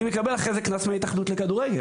אני מקבל אחרי זה קנס מההתאחדות לכדורגל.